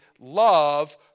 love